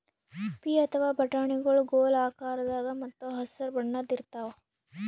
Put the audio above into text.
ಪೀ ಅಥವಾ ಬಟಾಣಿಗೊಳ್ ಗೋಲ್ ಆಕಾರದಾಗ ಮತ್ತ್ ಹಸರ್ ಬಣ್ಣದ್ ಇರ್ತಾವ